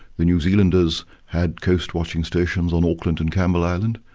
the new zealanders had coast-watching stations on auckland and campbell island,